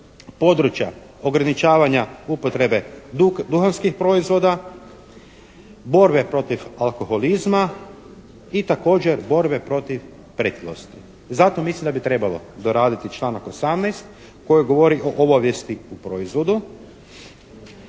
područja ograničavanja upotrebe duhanskih proizvoda, borbe protiv alkoholizma i također borbe protiv pretilosti. Zato mislim da bi trebalo doraditi članak 18. koji govori o obavijesti u proizvodu.